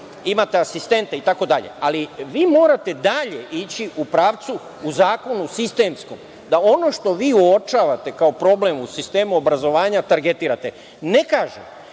imate asistenta itd. Ali, vi morate i dalje ići u pravcu u zakonu sistemskom, da ono što vi uočavate kao problem u sistemu obrazovanja targetirate. Ne kažem,